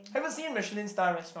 haven't seen Michelin star restaurant